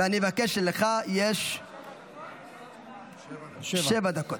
ואני מבקש, יש לך שבע דקות.